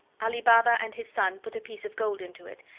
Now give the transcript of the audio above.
ali baba and his son put a piece of gold into it,